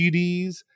CDs